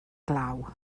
glaw